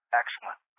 excellent